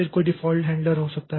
फिर कोई default handler हो सकता है